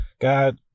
God